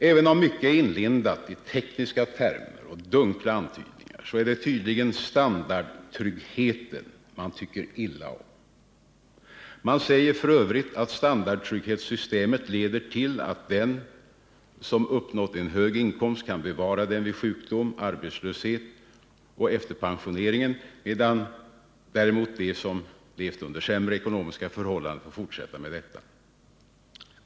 Även om mycket är inlindat i tekniska termer och dunkla antydningar, så är det tydligen standardtryggheten man tycker illa om. Man säger f.ö. att standardtrygghetssystemet leder till att den som uppnått en hög inkomst kan bevara den vid sjukdom, arbetslöshet och efter pensioneringen, medan däremot de som levt under sämre ekonomiska förhållanden får fortsätta med detta.